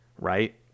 Right